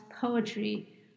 poetry